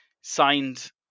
signed